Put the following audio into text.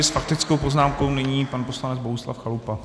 S faktickou poznámkou nyní pan poslanec Bohuslav Chalupa.